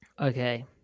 okay